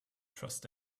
trust